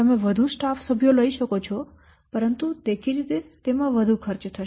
તમે વધુ સ્ટાફ સભ્યો લઈ શકો છો પરંતુ દેખીતી રીતે તેમાં વધુ ખર્ચ થશે